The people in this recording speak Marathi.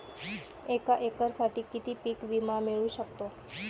एका एकरसाठी किती पीक विमा मिळू शकतो?